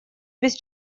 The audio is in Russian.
без